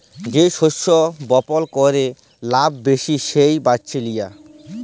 যে শস্য বপল ক্যরে লাভ ব্যাশি সেট বাছে লিয়া